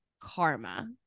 karma